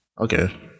okay